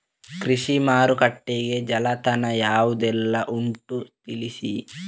ಕೃಷಿ ಮಾರುಕಟ್ಟೆಗೆ ಜಾಲತಾಣ ಯಾವುದೆಲ್ಲ ಉಂಟು ತಿಳಿಸಿ